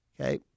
Okay